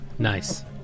Nice